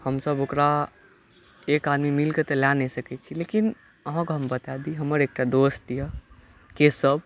हमसब ओकरा एक आदमी मिल कऽ तऽ लए नहि सकै छी लेकिन आहाँ के हम बताय दी हमर एकटा दोस्त यऽ केशव